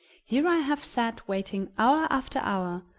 here i have sat waiting hour after hour,